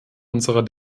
unserer